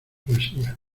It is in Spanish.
poesía